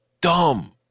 dumb